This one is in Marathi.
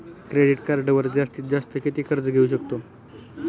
क्रेडिट कार्डवर जास्तीत जास्त किती कर्ज घेऊ शकतो?